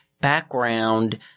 background